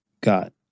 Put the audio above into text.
Got